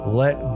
let